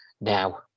now